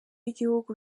igihugu